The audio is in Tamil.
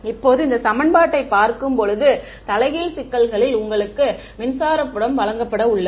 இப்போது இந்த சமன்பாட்டைப் பார்க்கும்போது தலைகீழ் சிக்கல்களில் உங்களுக்கு மின்சார புலம் வழங்கப்பட உள்ளது